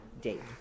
date